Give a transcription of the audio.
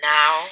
Now